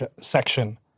section